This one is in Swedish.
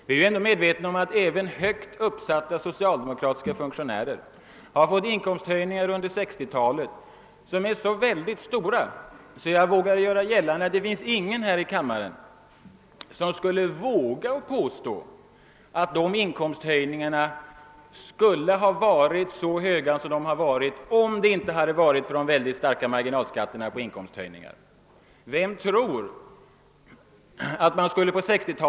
Vi är t.ex. medvetna om att även högt uppsatta socialdemokratiska partifunktionärer under 1960-talet har fått inkomsthöjningar, som är så stora att jag vill göra gällande att ingen av kammarens ledamöter skulle våga påstå att de skulle ha ägt rum om inte skatterna på inkomsthöjningar varit så höga.